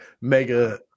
mega